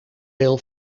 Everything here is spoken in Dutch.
deel